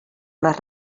les